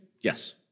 Yes